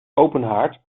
openhaard